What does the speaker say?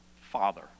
Father